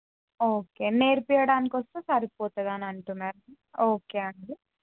okay నేర్పించడానికి వస్తే సరిపోతుందని అంటున్నారు ఓకే అండి